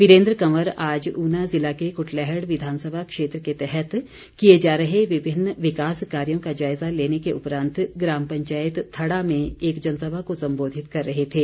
वीरेन्द्र कंवर आज ऊना ज़िला के कुटलैहड़ विधानसभा क्षेत्र के तहत किए जा रहे विभिन्न विकास कार्यो का जायज़ा लेने के उपरांत ग्राम पंचायत थड़ा में एक जनसभा को संबोधित कर रहे थे